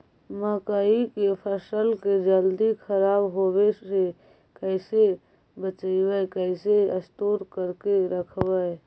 मकइ के फ़सल के जल्दी खराब होबे से कैसे बचइबै कैसे स्टोर करके रखबै?